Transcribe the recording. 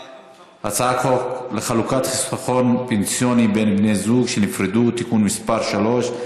הצעת חוק לחלוקת חיסכון פנסיוני בין בני זוג שנפרדו (תיקון מס' 3)